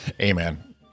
amen